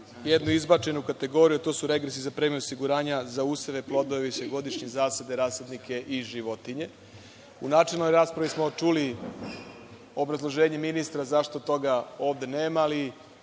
jednu izbačenu kategoriju. To su regresi za premiju osiguranja za useve, plodove, višegodišnje zasade, rasadnike i životinje.U načelnoj raspravi smo čuli obrazloženje ministra zašto toga ovde nema, ali